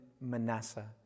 Manasseh